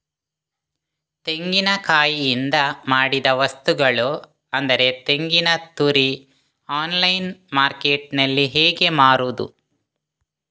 ತೆಂಗಿನಕಾಯಿಯಿಂದ ಮಾಡಿದ ವಸ್ತುಗಳು ಅಂದರೆ ತೆಂಗಿನತುರಿ ಆನ್ಲೈನ್ ಮಾರ್ಕೆಟ್ಟಿನಲ್ಲಿ ಹೇಗೆ ಮಾರುದು?